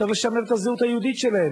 צריך לשמר את הזהות היהודית שלהם.